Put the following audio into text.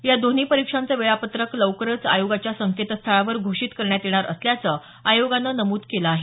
या दोन्ही परीक्षांचं वेळापत्रक लवकरच आयोगाच्या संकेतस्थळावर घोषित करण्यात येणार असल्याचं आयोगानं नमूद केलं आहे